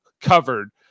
covered